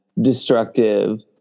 destructive